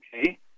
okay